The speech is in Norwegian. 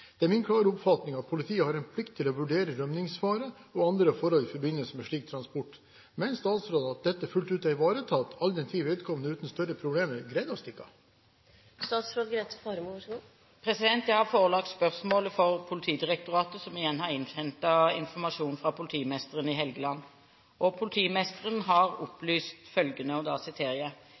Det er min klare oppfatning at politiet har en plikt til å vurdere rømningsfare og andre forhold i forbindelse med slik transport. Mener statsråden at dette fullt ut er ivaretatt all den tid vedkommende uten større problemer greide å stikke av?» Jeg har forelagt spørsmålet for Politidirektoratet, som igjen har innhentet informasjon fra politimesteren i Helgeland. Politimesteren har opplyst følgende: